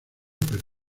pero